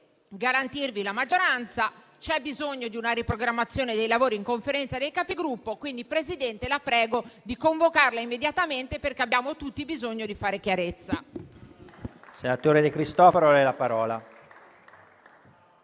garantirvi la maggioranza; c'è bisogno di una riprogrammazione dei lavori in Conferenza dei Capigruppo. Quindi, Presidente, la prego di convocarla immediatamente, perché abbiamo tutti bisogno di fare chiarezza.